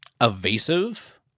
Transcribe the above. evasive